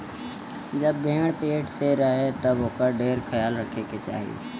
जब भेड़ पेट से रहे तब ओकर ढेर ख्याल रखे के चाही